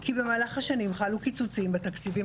כי במהלך השנים חלו קיצוצים בתקציבים,